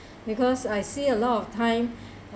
because I see a lot of time